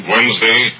Wednesday